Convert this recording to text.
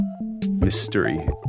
mystery